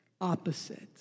opposite